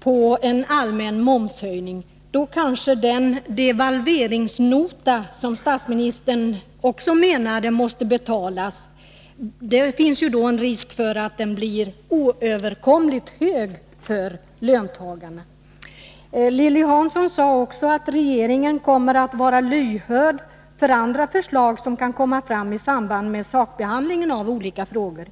på en allmän momshöjning, finns det risk för att den devalveringsnota som statsministern sade också måste betalas blir oöverkomligt hög för löntagarna. Lilly Hansson sade också att regeringen kommer att vara lyhörd för andra förslag, som kan komma fram i samband med sakbehandlingen av olika frågor.